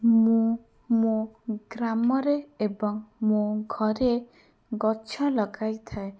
ମୁଁ ମୋ ଗ୍ରାମରେ ଏବଂ ମୁଁ ଘରେ ଗଛ ଲଗାଇଥାଏ